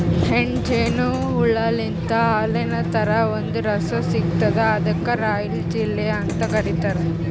ಹೆಣ್ಣ್ ಜೇನು ಹುಳಾಲಿಂತ್ ಹಾಲಿನ್ ಥರಾ ಒಂದ್ ರಸ ಸಿಗ್ತದ್ ಅದಕ್ಕ್ ರಾಯಲ್ ಜೆಲ್ಲಿ ಅಂತ್ ಕರಿತಾರ್